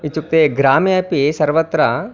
इत्युक्ते ग्रामे अपि सर्वत्र